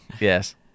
yes